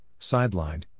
Sidelined